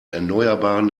erneuerbaren